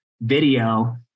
video